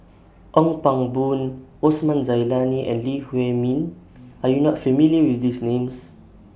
Ong Pang Boon Osman Zailani and Lee Huei Min Are YOU not familiar with These Names